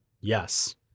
yes